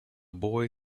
boy